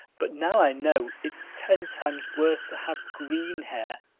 but now i know it's ten times worse to have green hair.